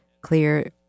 clear